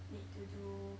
need to do